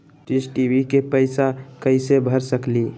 Dish TV के पैईसा कईसे भर सकली?